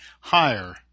higher